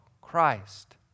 christ